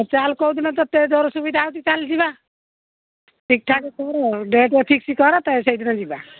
ଚାଲ୍ କୋଉ ଦିନ ତୋତେ ଜୋର ସୁବିଧା ହେଉଛି ଚାଲ୍ ଯିବା ଠିକ୍ ଠାକ୍ କର୍ ଡେଟ୍ ଫିକ୍ସ କର୍ ତ ସେଇଦିନ ଯିବା